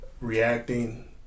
reacting